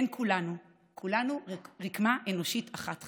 כן, כולנו, כולנו רקמה אנושית אחת חיה.